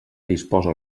disposa